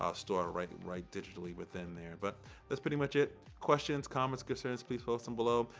ah store right and right digitally within there. but that's pretty much it. questions, comments, concerns please post them below.